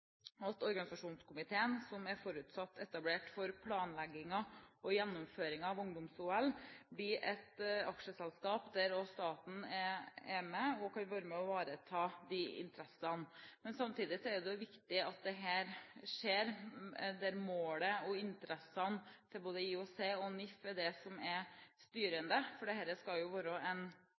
at organisasjonskomiteen som er forutsatt etablert for å planlegge og gjennomføre ungdoms-OL, blir et aksjeselskap der også staten kan være med og ivareta de interessene. Samtidig er det viktig at dette skjer slik at målet og interessene til både IOC og NIF er det som er styrende, for dette skal jo være en